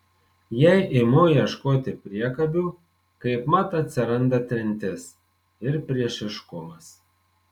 jei imu ieškoti priekabių kaipmat atsiranda trintis ir priešiškumas